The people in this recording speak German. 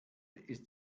ist